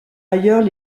ailleurs